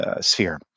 sphere